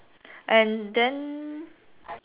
and then